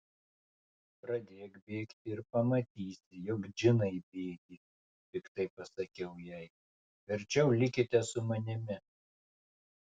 pradėk bėgti ir pamatysi jog džinai bėgi piktai pasakiau jai verčiau likite su manimi